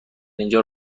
اینجا